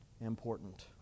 important